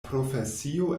profesio